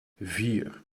vier